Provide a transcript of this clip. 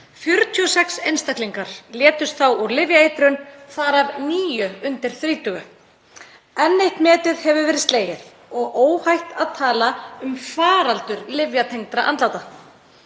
46 einstaklingar létust þá úr lyfjaeitrun, þar af níu undir þrítugu. Enn eitt metið hefur verið slegið og óhætt er að tala um faraldur lyfjatengdra andláta.